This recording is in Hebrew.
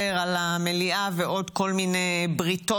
לקריאה שנייה ולקריאה